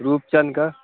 روپ چند کا